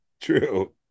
True